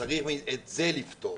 וצריך את זה לפתור.